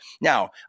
Now